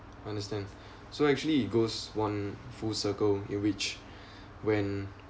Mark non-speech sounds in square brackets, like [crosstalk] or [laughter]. understand so actually it goes one full circle in which [breath] when